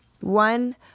One